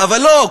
אבל לא,